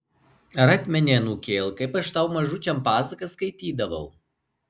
ar atmeni anūkėl kaip aš tau mažučiam pasakas skaitydavau